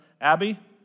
Abby